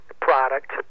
product